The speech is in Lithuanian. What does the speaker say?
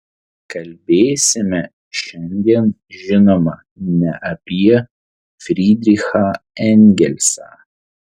kalbėsime šiandien žinoma ne apie frydrichą engelsą